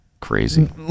crazy